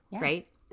right